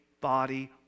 body